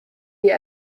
die